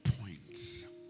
points